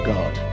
God